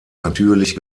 natürlich